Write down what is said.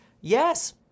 Yes